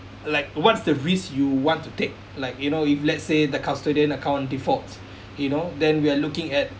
like what's the risks you want to take like you know if let's say the custodian account default you know then we are looking at